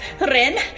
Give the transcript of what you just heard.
Ren